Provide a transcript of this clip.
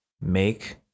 make